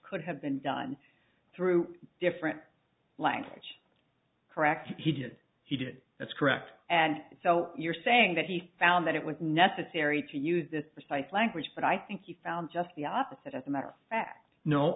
could have been done through different language correct he did he did that's correct and so you're saying that he found that it was necessary to use this precise language but i think you found just the opposite as a matter of fact no